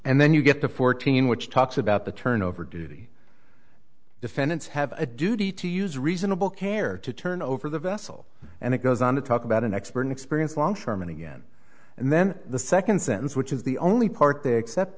and then you get to fourteen which talks about the turn over duty defendants have a duty to use reasonable care to turn over the vessel and it goes on to talk about an expert in experience long term and again and then the second sentence which is the only part